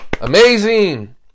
amazing